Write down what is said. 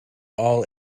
all